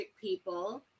people